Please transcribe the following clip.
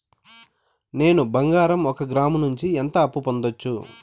నేను బంగారం ఒక గ్రాము నుంచి ఎంత అప్పు పొందొచ్చు